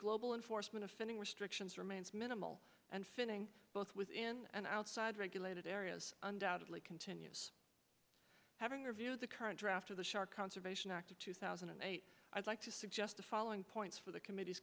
global in forstmann offending restrictions remains minimal and finning both within and outside regulated areas and out of continue having your view the current draft of the shark conservation act of two thousand and eight i'd like to suggest the following points for the committee